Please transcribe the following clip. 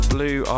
Blue